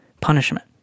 punishment